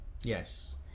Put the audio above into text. Yes